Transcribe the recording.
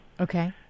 Okay